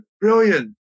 Brilliant